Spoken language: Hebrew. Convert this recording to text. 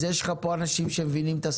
אז יש לך פה אנשים שמבינים את השפה.